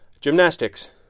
Gymnastics